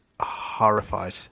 horrified